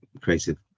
creative